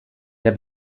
der